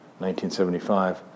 1975